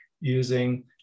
using